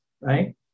right